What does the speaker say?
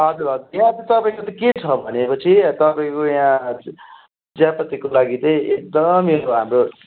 हजुर हजुर यहाँ त तपाईँको त के छ भनेपछि तपाईँको यहाँ चियापत्तीको लागि चाहिँ एकदम यो हाम्रो